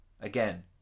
again